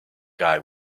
guy